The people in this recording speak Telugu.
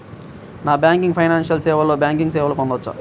నాన్ బ్యాంకింగ్ ఫైనాన్షియల్ సేవలో బ్యాంకింగ్ సేవలను పొందవచ్చా?